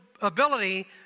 ability